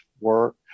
work